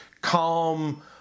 calm